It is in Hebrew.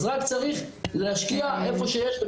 אז רק צריך להשקיע איפה שיש.